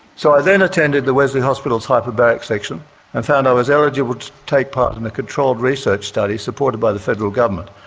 so i then attended the wesley hospital's hyperbaric section and found i was eligible to take part in a controlled research study, supported by the federal government.